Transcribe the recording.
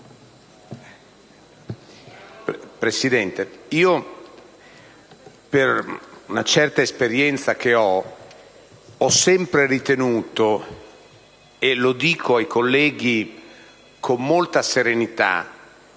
Presidente, per la mia esperienza, ho sempre ritenuto - e lo dico ai colleghi con molta serenità